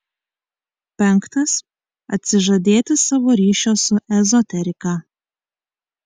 penktas atsižadėti savo ryšio su ezoterika